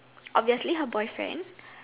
obviously her boyfriend